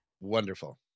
Wonderful